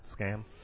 scam